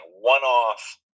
one-off